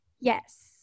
Yes